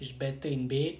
she better in bed